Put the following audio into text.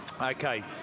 Okay